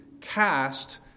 cast